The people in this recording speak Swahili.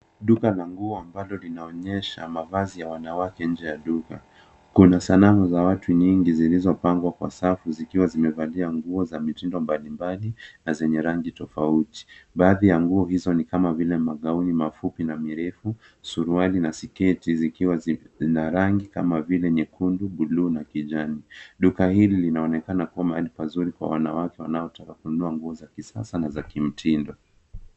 Duka la nguo ambalo linaonyesha mavazi ya wanawake nje ya duka. Kuna sanamu za watu nyingi zilizopangwa kwa safu zikiwa zimevalia nguo za mitindo mbalimbali na zenye rangi tofauti. Baadhi ya nguo hizo ni kama vile magauni mafupi na mirefu, suruali na sketi, zikiwa zina rangi kama vile nyekundu, blue na kijani. Duka hili linaonekana kuwa mahali pazuri kwa wanawake wanaotaka kununua nguo za kisasa na za kimtindo.